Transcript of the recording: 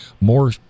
more